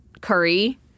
curry